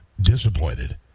disappointed